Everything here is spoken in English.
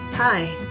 Hi